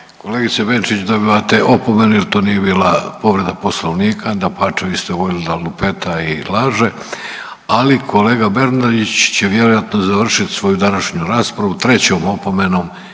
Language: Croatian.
Kolegice Benčić, dobivate opomenu jer to nije bila povreda Poslovnika, dapače, vi ste govorili da lupeta i laže, ali kolega Bernardić će vjerojatno završit svoju današnju raspravu trećom opomenom